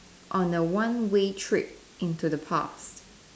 on a one way trip into the past